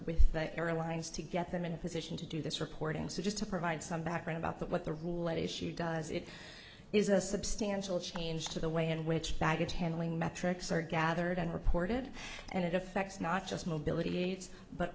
with the airlines to get them in a position to do this reporting so just to provide some background about that what the roulette issue does it is a substantial change to the way in which baggage handling metrics are gathered and reported and it affects not just mobility aids but